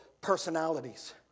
personalities